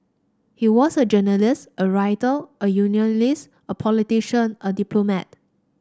he was a journalist a writer a unionist a politician a diplomat